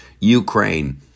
Ukraine